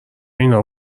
اینا